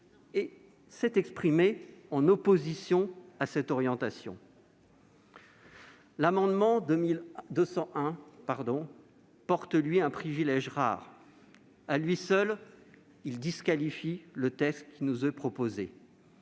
a exprimé son opposition à cette orientation. L'amendement n° 201 porte un privilège rare : à lui seul, il disqualifie le texte qui nous est proposé.